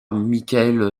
michael